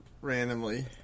randomly